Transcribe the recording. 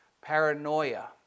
paranoia